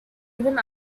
even